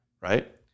right